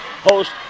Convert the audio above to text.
host